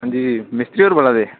अंजी मिस्त्री होर बोल्ला दे